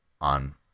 on